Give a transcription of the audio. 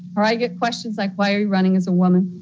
or i get questions like, why are you running as a woman?